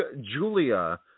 Julia